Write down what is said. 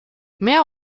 mehr